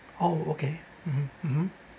oh okay mmhmm mmhmm